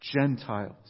Gentiles